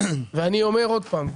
ואני אומר עוד פעם,